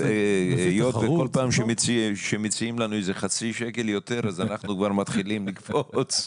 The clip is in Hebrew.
וכל פעם שמציעים לנו איזה חצי שקל יותר אנחנו מתחילים לקפוץ.